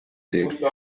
дээр